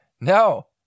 No